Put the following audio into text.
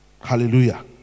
hallelujah